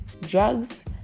drugs